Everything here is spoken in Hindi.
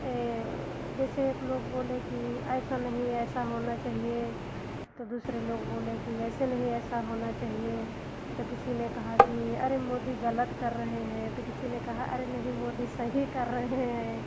जैसे एक लोग बोले कि ऐसा नहीं ऐसा होना चाहिए तो दूसरे लोग बोले कि ऐसे नहीं ऐसा होना चाहिए तो किसी ने कहा कि अरे मोदी गलत कर रहे हैं तो किसी ने कहा अरे नहीं मोदी सही कर रहे हैं